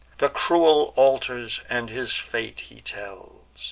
the cruel altars and his fate he tells,